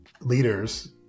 leaders